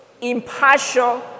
impartial